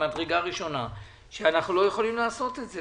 מן המדרגה הראשונה ואנחנו לא יכולים לעשות את זה.